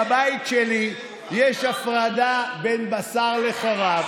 בבית שלי יש הפרדה בין בשר וחלב,